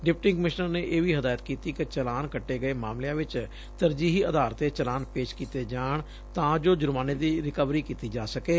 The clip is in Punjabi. ਡਿਪਟੀ ਕਮਿਸ਼ਨਰ ਨੇ ਇਹ ਵੀ ਹਦਾਇਤ ਕੀਤੀ ਕਿ ਚਲਾਨ ਕੱਟੇ ਗਏ ਮਾਮਲਿਆਂ ਵਿਚ ਤਰਜੀਹੀ ਆਧਾਰ ਤੇ ਚਲਾਨ ਪੇਸ਼ ਕੀਤੇ ਜਾਣ ਤਾਂ ਜੋ ਜੁਰਮਾਨੇ ਦੀ ਰਿਕਵਰੀ ਕੀਤੀ ਜਾ ਸਕੇ